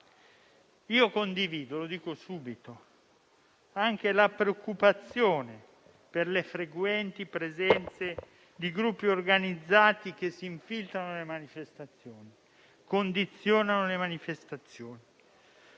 Condivido, lo dico subito, anche la preoccupazione per le frequenti presenze di gruppi organizzati che si infiltrano nelle manifestazioni, condizionandole. La nostra